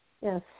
Yes